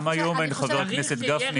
גם היום אין זכות וטו למד"א.